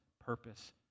purpose